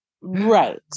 right